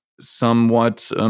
somewhat